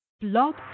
Blog